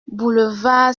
boulevard